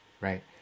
right